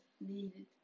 needed